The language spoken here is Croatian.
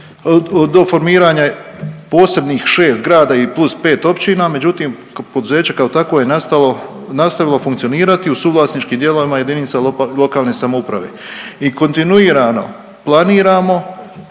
do formiranja posebnih 6 zgrada i plus 5 općina međutim poduzeće kao takvo je nastalo, nastavilo funkcionirati u suvlasničkim dijelovima JLS i kontinuirano planiramo